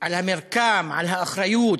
על המרקם, על האחריות,